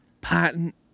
patent